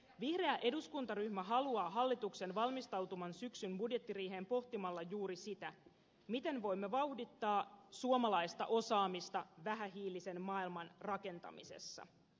vihreä eduskuntaryhmä haluaa hallituksen valmistautuvan syksyn budjettiriiheen pohtimalla juuri sitä miten voimme vauhdittaa suomalaista osaamista vähähiilisen maailman rakentamisessa